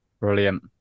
Brilliant